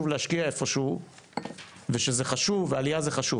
להשקיע איפשהו ושזה חשוב ושהעלייה זה חשוב,